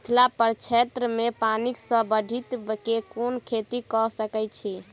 मिथिला प्रक्षेत्र मे पानि सऽ संबंधित केँ कुन खेती कऽ सकै छी?